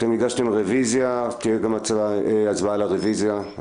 אתם הגשתם רביזיה, תהיה גם הצבעה על הרביזיה.